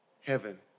Heaven